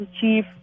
chief